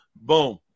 boom